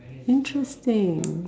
interesting